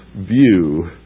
view